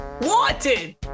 Wanted